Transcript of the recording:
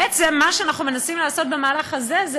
מה שאנחנו מנסים לעשות במהלך הזה זה